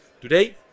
today